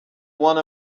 one